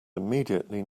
immediately